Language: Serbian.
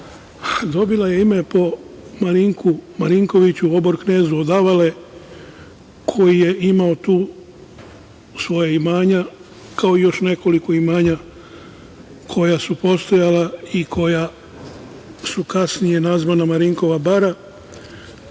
Dobila je ima po Marinku Marinkoviću, obor-knezu od Avale koji je imao tu svoja imanja, kao i još nekoliko imanja koja su postajala i koja su kasnije nazvana Marinkova bara,